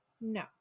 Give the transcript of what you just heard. No